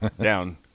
down